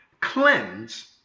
Cleanse